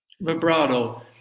vibrato